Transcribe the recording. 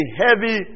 heavy